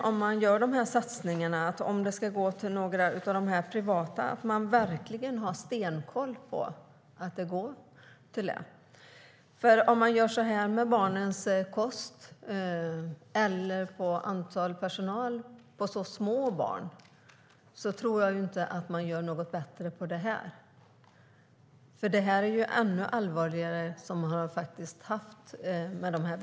Om satsningarna ska gå till några privata aktörer hoppas jag att man har stenkoll på att det går till verksamheten. Gör man så här med kost eller personalantal när det gäller så små barn gör man nog inget bättre här, för här är det ju ännu allvarligare brister.